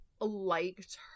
liked